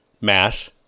mass